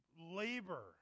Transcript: labor